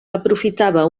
aprofitava